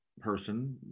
person